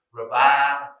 revive